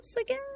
again